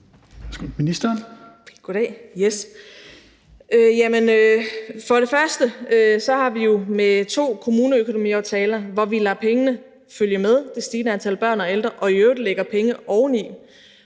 Først har vi jo leveret på det med to kommuneøkonomiaftaler, hvor vi lader pengene følge med det stigende antal børn og ældre og i øvrigt lægger penge oveni;